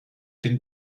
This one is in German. den